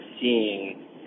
seeing